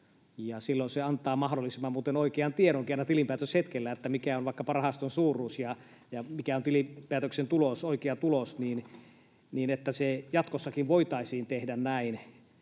silloin se antaa muuten mahdollisimman oikean tiedonkin aina tilinpäätöshetkellä siitä, mikä on vaikkapa rahaston suuruus ja mikä on tilinpäätöksen oikea tulos, niin se jatkossakin voitaisiin tehdä näin,